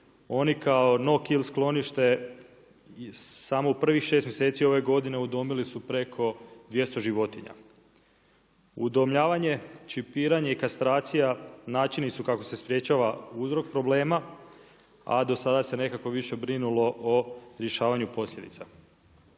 Oni kao no-kill sklonište samo u prvih 6 mjeseci ove godine udomili su preko 200 životinja. Udomljavanje, čipirenje i kastracija načini su kako se sprječava uzrok problema a do sada se nekako više brinulo o rješavanju posljedica.